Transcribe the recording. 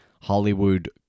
Hollywood